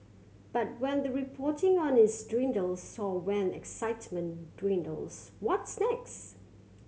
but when the reporting on its dwindles soar when excitement dwindles what's next